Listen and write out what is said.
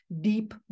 deep